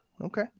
Okay